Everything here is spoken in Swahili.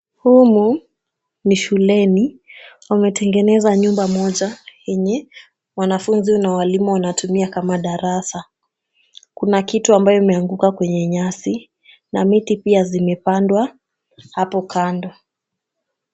Humu ni shuleni. Wametengeneza nyumba moja yenye wanafunzi na walimu wanatumia kama darasa. Kuna kitu ambayo imeanguka kwenye nyasi na miti pia zimepandwa hapo kando.